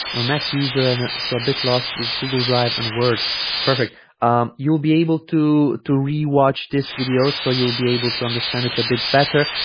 a mac user and so a bit lost with google drive and word perfect um you'll be able to to re-watch this video so you'll be able to understand it a bit better